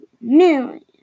million